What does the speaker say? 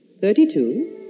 Thirty-two